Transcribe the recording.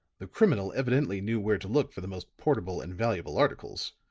the criminal evidently knew where to look for the most portable and valuable articles.